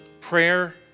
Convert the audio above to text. Prayer